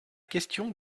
question